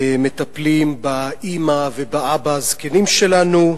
מטפלים באמא ובאבא הזקנים שלנו,